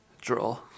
draw